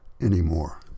anymore